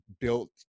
built